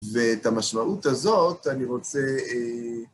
ואת המשמעות הזאת אני רוצה...